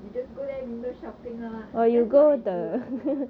you just go there window shopping lah that's what I do also